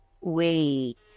wait